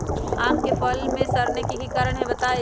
आम क फल म सरने कि कारण हई बताई?